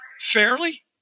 fairly